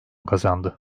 kazandı